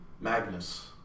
Magnus